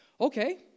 Okay